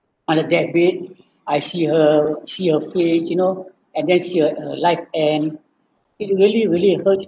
on her death bed I see her see her face you know and then see her light hand it really really hurts